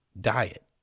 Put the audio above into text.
diet